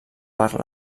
per